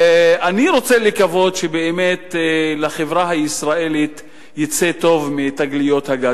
אני רוצה לקוות שבאמת לחברה הישראלית יצא טוב מתגליות הגז.